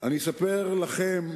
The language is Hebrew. אני אספר לכם,